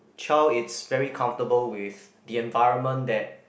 child is very comfortable with the environment that